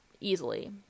easily